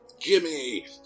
Jimmy